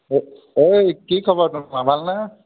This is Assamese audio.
এ অই কি খবৰ তোমাৰ ভালনে